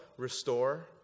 Restore